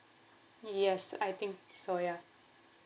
yes I think so ya